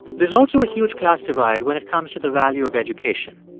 there's also a huge class divide when it comes to the value of education.